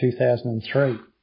2003